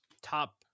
top